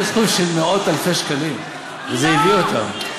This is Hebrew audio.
מאות-אלפי שקלים, וזה הביא אותם.